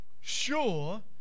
sure